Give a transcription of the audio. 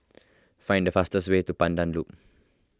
find the fastest way to Pandan Loop